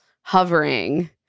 hovering